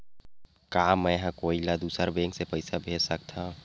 का मेंहा कोई ला दूसर बैंक से पैसा भेज सकथव?